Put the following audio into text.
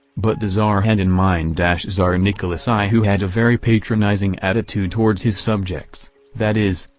but the tsar had in mind tsar nicholas i who had a very patronizing attitude towards his subjects that is,